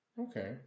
Okay